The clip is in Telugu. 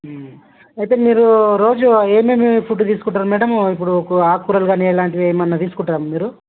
అయితే మీరు రోజు ఏమేమి ఫుడ్ తీసుకుంటారు మ్యాడమ్ ఇప్పుడు కూ ఆకుకూరలు కానీ అలాంటివి ఏమన్న తీసుకుంటారా మీరు